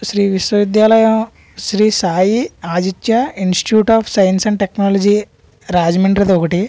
శ్రీ విశ్వవిద్యాలయం Shri Sai Aditya Institute of Science and Technology రాజమండ్రిది ఒకటి